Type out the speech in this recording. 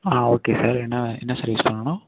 ஆ okay sir என்ன என்ன service பண்ணணும்